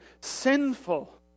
sinful